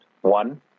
one